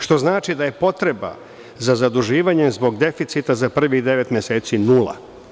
Što znači da je potreba za zaduživanje, zbog deficita za prvih devet meseci nula.